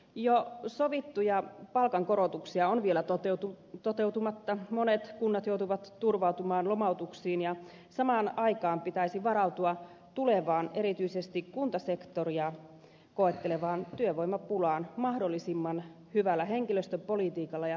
jo sovittuja palkankorotuksia on vielä toteutumatta monet kunnat joutuvat turvautumaan lomautuksiin ja samaan aikaan pitäisi varautua tulevaan erityisesti kuntasektoria koettelevaan työvoimapulaan mahdollisimman hyvällä henkilöstöpolitiikalla ja henkilöstöratkaisuilla